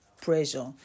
pressure